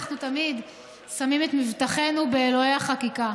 אנחנו תמיד שמים את מבטחנו באלוהי החקיקה.